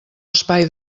espai